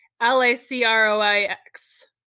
L-A-C-R-O-I-X